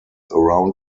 around